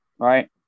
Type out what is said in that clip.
Right